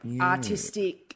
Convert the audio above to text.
artistic